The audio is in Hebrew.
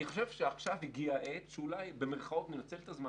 אני חושב שעכשיו הגיע העת שאולי "ננצל" את הזמן